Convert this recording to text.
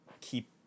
keep